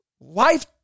life